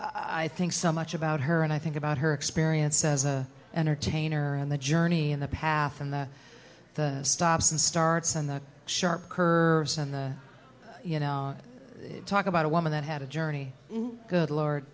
i think some much about her and i think about her experience as a entertainer and the journey and the path and the stops and starts and the sharp curves and the you know talk about a woman that had a journey good lord